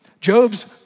Job's